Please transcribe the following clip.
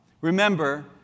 Remember